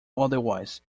otherwise